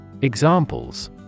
Examples